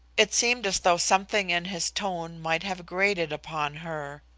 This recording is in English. it seemed as though something in his tone might have grated upon her.